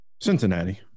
Cincinnati